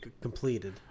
completed